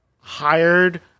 hired